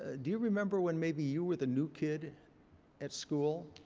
ah do you remember when maybe you were the new kid at school,